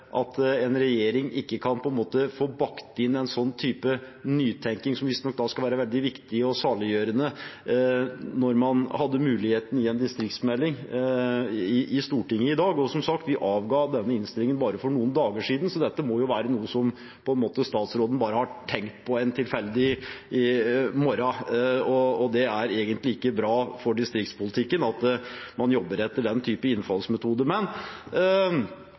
at en regjering ikke kan få bakt inn en sånn type nytenking, som visstnok da skal være veldig viktig og saliggjørende, når man hadde muligheten i en distriktsmelding, i Stortinget i dag. Og som sagt: Vi avga denne innstillingen bare for noen dager siden, så dette må jo være noe som statsråden bare har tenkt på en tilfeldig morgen, og det er egentlig ikke bra for distriktspolitikken at man jobber etter den type innfallsmetode. Men